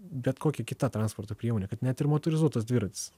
bet kokia kita transporto priemonė kad net ir motorizuotas dviratis